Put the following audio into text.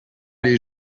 les